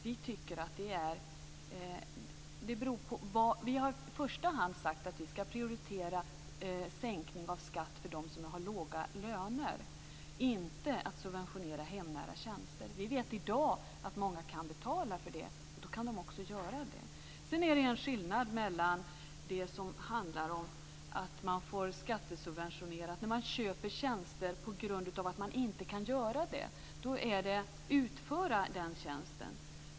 Vi har i första hand har sagt att vi skall prioritera sänkning av skatt för dem som har låga löner, inte att subventionera hemnära tjänster. Vi vet i dag att många kan betala för det, och då kan de också göra det. Sedan är det en skillnad när det gäller det som handlar om att man får skattesubvention när man köper tjänster på grund av att man inte kan utföra den tjänsten.